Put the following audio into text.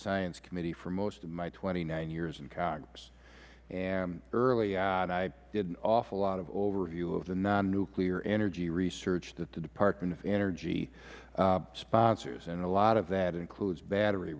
science committee for most of my twenty nine years in congress and early on i did an awful lot of overview of the nonnuclear energy research that the department of energy sponsors and a lot of that includes battery